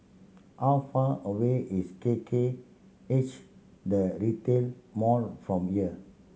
how far away is K K H The Retail Mall from here